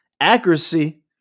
Accuracy